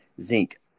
Zinc